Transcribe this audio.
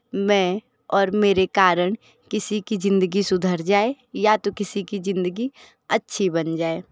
मैं और मेरे कारण किसी की जिंदगी सुधर जाए या तो जिंदगी अच्छी बन जाए